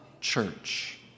church